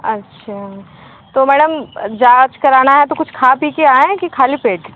अच्छा तो मैडम अ जांच कराना है तो कुछ खा पी कर आएँ कि खाली पेट